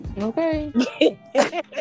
okay